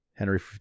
Henry